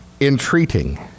Entreating